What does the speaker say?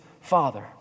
father